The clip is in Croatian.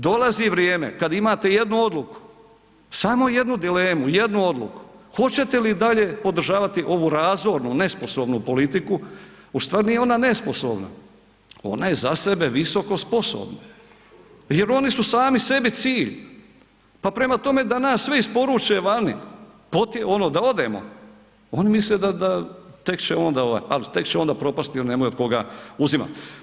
Dolazi vrijeme kad imate jednu odluku, samo jednu dilemu, jednu odluku, hoćete li dalje podržavati ovu razornu nesposobnu politiku, u stvari nije ona nesposobna, ona je za sebe visokosposobna jer oni su sami sebi cilj, pa prema tome da nas sve isporuče vani, ono da odemo, oni misle da, da tek će onda, al tek će onda propasti jer nemaju od koga uzimat.